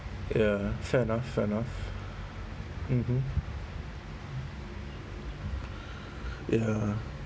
ya fair enough fair enough mmhmm ya